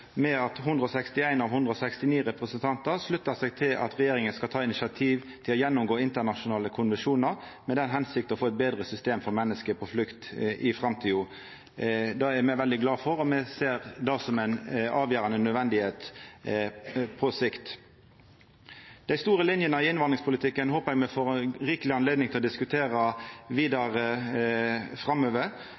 av 169 representantar sluttar seg til at regjeringa skal ta initiativ til å gjennomgå internasjonale konvensjonar i den hensikta å få eit betre system for menneske på flukt i framtida. Det er me veldig glade for, og me ser det som avgjerande nødvendig på sikt. Dei store linjene i innvandringspolitikken håper eg me får rikeleg anledning til å diskutera vidare framover.